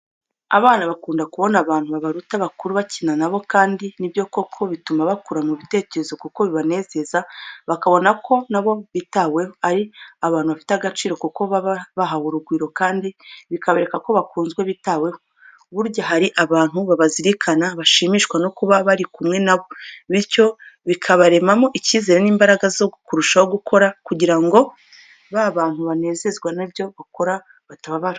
Abana bakunda kubona abantu babaruta bakuru bakina nabo kandi nibyo koko bituma bakura mu bitekerezo kuko bibanezeza bakabonako nabo bitaweho, ari abantu bafite agaciro kuko baba bahawe urugwiro kandi bikaberekako bakunzwe bitaweho, burya hari abantu babazirikana bashimishwa no kuba bari kumwe na bo, bityo bikabaremamo icyizere n'imbaraga zo kurushaho gukora kugira ngo ba bantu banezezwa n'ibyo bakora batababara.